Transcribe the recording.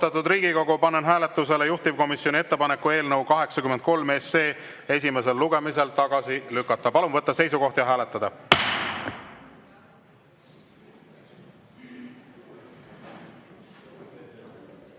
Austatud Riigikogu, panen hääletusele juhtivkomisjoni ettepaneku eelnõu 83 esimesel lugemisel tagasi lükata. Palun võtta seisukoht ja hääletada!